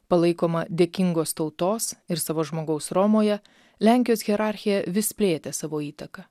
palaikoma dėkingos tautos ir savo žmogaus romoje lenkijos hierarchija vis plėtė savo įtaką